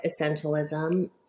Essentialism